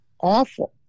awful